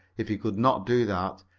if he could not do that,